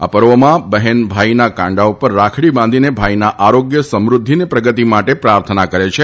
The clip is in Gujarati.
આ પર્વમાં બહેન ભાઈના કાંડા ઉપર રાખડી બાંધીને ભાઈના આરોગ્ય સમૃદ્ધિ અને પ્રગતિ માટે પ્રાર્થના કરે છે